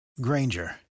Granger